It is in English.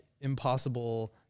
impossible –